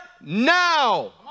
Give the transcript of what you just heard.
now